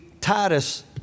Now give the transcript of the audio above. Titus